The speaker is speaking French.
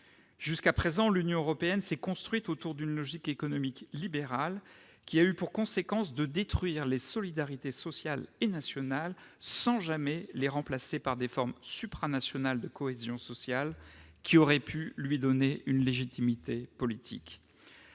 Jusqu'à présent, l'Union européenne s'est construite sur une logique économique libérale qui a eu pour conséquence de détruire les solidarités sociales et nationales, sans jamais les remplacer par des formes supranationales de cohésion sociale, lesquelles auraient pu lui donner une légitimité politique.